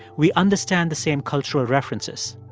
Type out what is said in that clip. we understand the same cultural references.